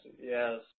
Yes